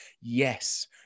Yes